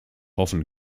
hoffen